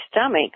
stomach